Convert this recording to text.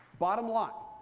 bottom line.